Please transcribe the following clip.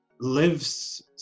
lives